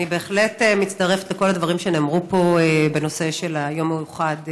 אני בהחלט מצטרפת לכל הדברים שנאמרו פה בנושא של היום המיוחד,